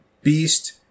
Beast